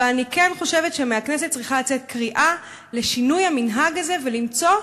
אבל אני כן חושבת שמהכנסת צריכה לצאת קריאה לשינוי המנהג הזה ולמצוא